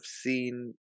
seen